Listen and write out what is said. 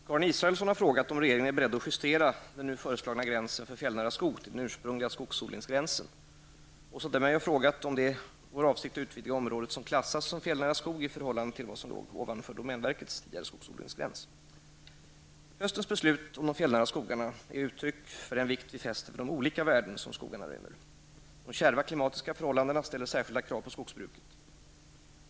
Herr talman! Karin Israelsson har frågat mig om regeringen är beredd att justera den nu föreslagna gränsen för fjällnära skog till den ursprungliga skogsodlingsgränsen. Åsa Domeij har frågat mig om det är regeringens avsikt att utvidga området som klassas som fjällnära skog i förhållande till vad som låg ovanför domänverkets tidigare skogsodlingsgräns. Jag besvarar interpellationen och frågan i ett sammanhang. Höstens beslut om de fjällnära skogarna är ett uttryck för den vikt vi fäster vid de olika värden som dessa skogar rymmer. De kärva klimatiska förhållandena ställer särskilda krav på skogsbruket.